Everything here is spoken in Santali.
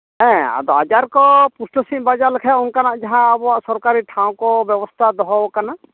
ᱦᱮᱸ ᱟᱫᱚ ᱟᱡᱟᱨ ᱠᱚ ᱯᱩᱥᱴᱟᱹᱣ ᱥᱟᱺᱦᱤᱡ ᱵᱟᱰᱟᱭ ᱞᱮᱠᱷᱟᱱ ᱚᱱᱠᱟᱱᱟᱜ ᱡᱟᱦᱟᱸ ᱟᱵᱚᱣᱟᱜ ᱥᱚᱨᱠᱟᱨᱤ ᱴᱷᱟᱶ ᱠᱚ ᱵᱮᱵᱚᱥᱛᱟ ᱫᱚᱦᱚᱣᱟᱠᱟᱱᱟ